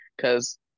Cause